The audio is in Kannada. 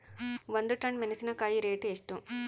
ಒಂದು ಟನ್ ಮೆನೆಸಿನಕಾಯಿ ರೇಟ್ ಎಷ್ಟು?